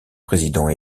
président